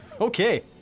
Okay